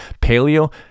Paleo